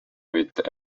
with